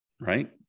right